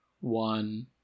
one